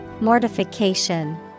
Mortification